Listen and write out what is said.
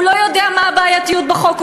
הוא לא יודע מה הבעייתיות בחוק,